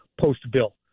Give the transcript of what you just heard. post-bill